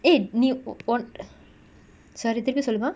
eh நீ:nee oh on~ sorry திருப்பி சொல்லுமா:thirupi solluma